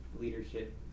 leadership